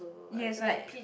yes like